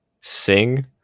sing